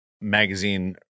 magazine